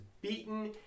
beaten